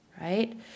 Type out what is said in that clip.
right